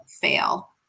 fail